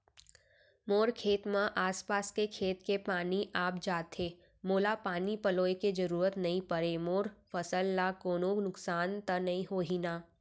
मोर खेत म आसपास के खेत के पानी आप जाथे, मोला पानी पलोय के जरूरत नई परे, मोर फसल ल कोनो नुकसान त नई होही न?